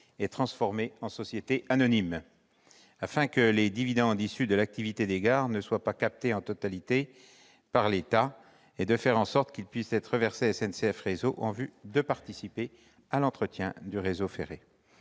et transformée en société anonyme, afin d'éviter que les dividendes issus de l'activité des gares ne soient captés en totalité par l'État et afin de faire en sorte qu'ils puissent être reversés à SNCF Réseau en vue de participer à l'entretien du réseau ferré.